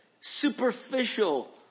superficial